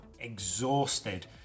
exhausted